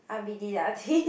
I'll be deducting